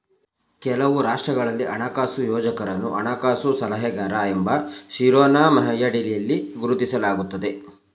ಕೆಲವು ರಾಷ್ಟ್ರಗಳಲ್ಲಿ ಹಣಕಾಸು ಯೋಜಕರನ್ನು ಹಣಕಾಸು ಸಲಹೆಗಾರ ಎಂಬ ಶಿರೋನಾಮೆಯಡಿಯಲ್ಲಿ ಗುರುತಿಸಲಾಗುತ್ತದೆ